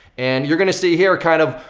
and you're gonna see here, a kind of,